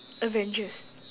avengers